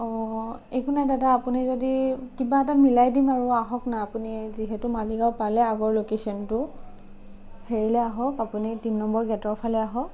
অঁ একো নাই দাদা আপুনি যদি কিবা এটা মিলাই দিম আৰু আহকনা আপুনি যিহেতু মালিগাঁও পালে আগৰ লোকেশ্যনটো হেৰিলে আহক আপুনি তিনি নম্বৰ গে'টৰ ফালে আহক